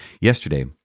Yesterday